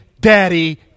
Daddy